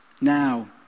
now